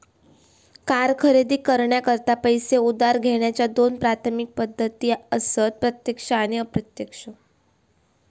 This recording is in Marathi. कार खरेदी करण्याकरता पैसो उधार घेण्याच्या दोन प्राथमिक पद्धती असत प्रत्यक्ष आणि अप्रत्यक्ष